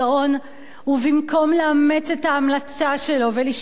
ובמקום לאמץ את ההמלצה שלו ולשתות מים,